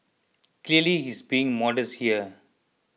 clearly he's being modest here